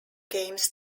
games